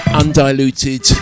undiluted